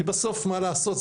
כי בסוף מה לעשות,